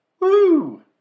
woo